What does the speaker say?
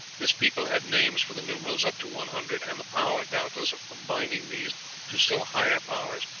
this people had names for the numerals up to one hundred, and the power, doubtless, of combining these to still higher powers,